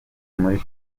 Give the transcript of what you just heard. muri